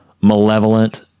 malevolent